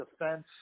defense